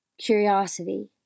curiosity